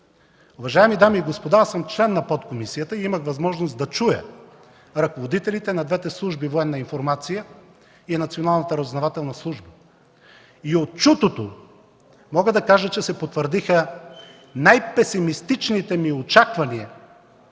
Уважаеми дами и господа, аз съм член на подкомисията и имах възможност да чуя ръководителите на двете служби – „Военна информация” и Националната разузнавателна служба, и от чутото, мога да кажа, че се потвърдиха най-песимистичните ми очаквания